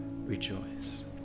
rejoice